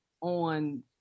on